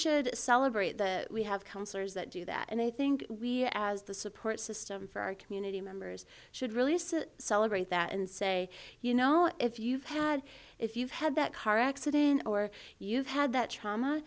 should celebrate the we have counselors that do that and i think we as the support system for our community members should really celebrate that and say you know if you've had if you've had that car accident or you've had that trauma